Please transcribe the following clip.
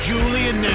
Julian